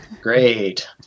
Great